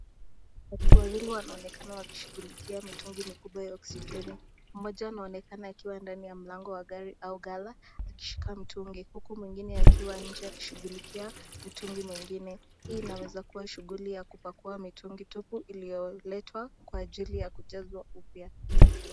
Watu wawili wanaonekana wakishughulikia mitungi kubwa ya oksijeni, moja anaonekana akiwa ndani ya mlango wa gari au gala akishika mtungi huku mwingine, akiwa nche akishungulikia mtungi mwingine hii inaweza kuwa, shunguli ya kupakua mitungi iliyeletwa kwa ajili ya kujezwa upya.